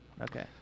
Okay